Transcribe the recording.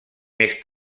més